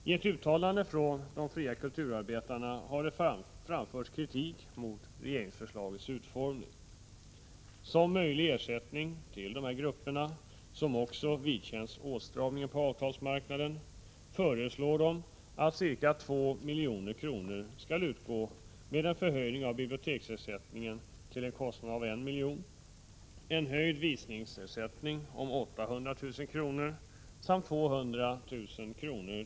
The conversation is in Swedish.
I ett uttalande från de fria kulturarbetarna har det framförts kritik mot regeringsförslagets utformning. Som möjlig ersättning till dessa grupper, som också vidkänns åtstramningen på avtalsmarknaden, föreslår de att ca 2 milj.kr. skall utgå med en förhöjning av biblioteksersättningen till en kostnad av 1 milj.kr., en höjd visningsersättning om 800 000 kr. samt 200 000 kr.